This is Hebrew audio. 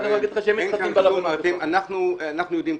אנחנו יודעים,